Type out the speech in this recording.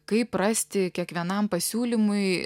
kaip rasti kiekvienam pasiūlymui